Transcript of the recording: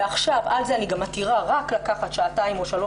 ועל זה אני מתירה לקחת רק שעתיים או שלוש